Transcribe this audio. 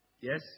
Yes